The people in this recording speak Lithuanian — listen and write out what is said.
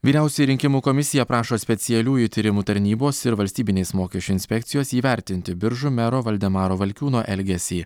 vyriausioji rinkimų komisija prašo specialiųjų tyrimų tarnybos ir valstybinės mokesčių inspekcijos įvertinti biržų mero valdemaro valkiūno elgesį